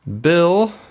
Bill